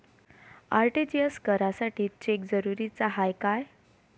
RTGS करासाठी cheque जरुरीचा हाय काय?